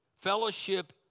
Fellowship